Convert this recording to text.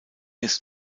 ist